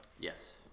Yes